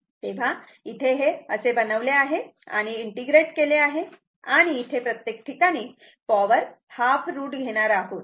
तेव्हा इथे हे असे बनवले आहे आणि इंटिग्रेट केले आहे आणि इथे प्रत्येक ठिकाणी पावर हाफ रूट घेणार आहोत